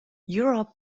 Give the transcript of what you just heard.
europe